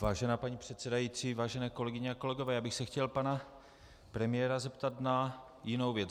Vážená paní předsedající, vážené kolegyně a kolegové, já bych se chtěl pana premiéra zeptat na jinou věc.